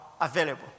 available